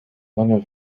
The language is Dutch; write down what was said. lange